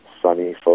sunny